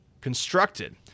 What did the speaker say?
constructed